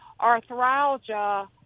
arthralgia